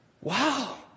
Wow